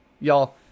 Y'all